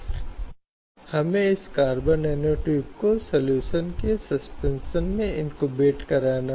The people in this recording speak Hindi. अब भारत में हमारे पास श्रम कानूनों का ढेर है